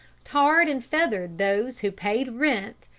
tarred and feathered those who paid rent,